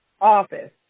office